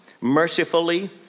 mercifully